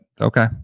okay